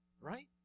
Right